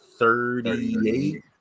Thirty-eight